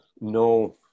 no